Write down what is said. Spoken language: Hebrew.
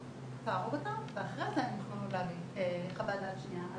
--- אותם ואחרי זה הם יוכלו להביא חוות דעת שנייה,